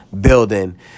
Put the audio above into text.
building